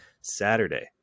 Saturday